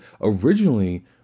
originally